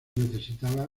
necesitaba